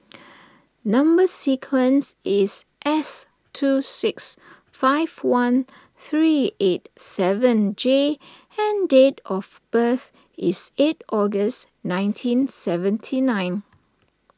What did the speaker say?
Number Sequence is S two six five one three eight seven J and date of birth is eight August nineteen seventy nine